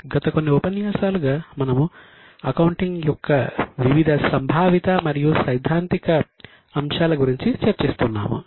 గత కొన్ని ఉపన్యాసాలుగా మనము అకౌంటింగ్ యొక్క వివిధ సంభావిత మరియు సైద్ధాంతిక అంశాల గురించి చర్చిస్తున్నాము